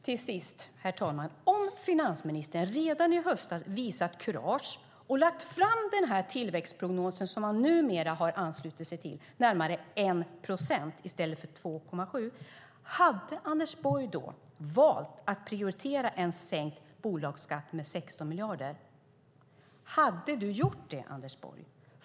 Till sist: Om finansministern redan i höstas hade visat kurage och lagt fram den tillväxtprognos som han numera har anslutit sig till - alltså närmare 1 procent i stället för 2,7 procent - hade han då valt att prioritera en sänkning av bolagsskatten med 16 miljarder? Hade du gjort det, Anders Borg?